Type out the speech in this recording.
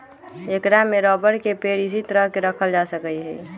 ऐकरा में रबर के पेड़ इसी तरह के रखल जा सका हई